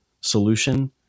solution